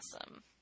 awesome